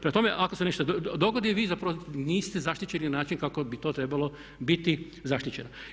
Prema tome ako se nešto dogodi vi zapravo niste zaštićeni na način kako bi to trebalo biti zaštićeno.